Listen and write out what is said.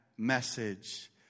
message